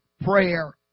prayer